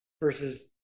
versus